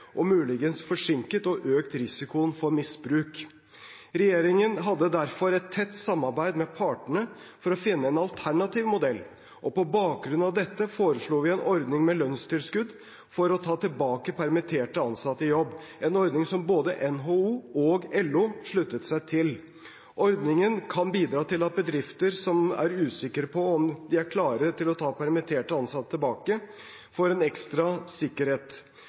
og muligens forsinket, og økt risikoen for misbruk. Regjeringen hadde derfor et tett samarbeid med partene for å finne en alternativ modell, og på bakgrunn av dette foreslo vi en ordning med lønnstilskudd for å ta tilbake permitterte ansatte i jobb, en ordning som både NHO og LO sluttet seg til. Ordningen kan bidra til at bedrifter som er usikre på om de er klare til å ta permitterte ansatte tilbake, får en ekstra sikkerhet.